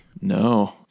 no